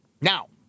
Now